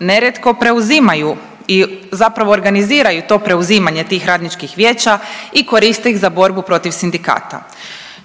nerijetko preuzimaju i zapravo organiziraju to preuzimanje tih radničkih vijeća i koriste ih za borbu protiv sindikata,